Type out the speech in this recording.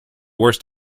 worst